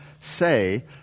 say